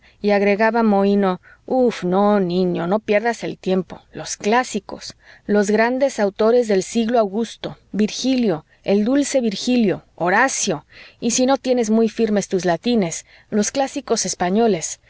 y agregaba mohino uf no niño no pierdas el tiempo los clásicos los grandes autores del siglo de augusto virgilio el dulce virgilio horacio y si no tienes muy firmes tus latines los clásicos españoles